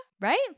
Right